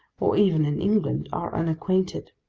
or even in england, are unacquainted.